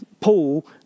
Paul